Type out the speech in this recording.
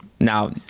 now